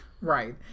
right